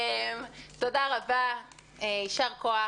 ישר כוח